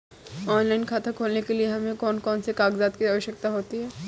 Online खाता खोलने के लिए हमें कौन कौन से कागजात की आवश्यकता होती है?